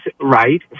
right